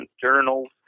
journals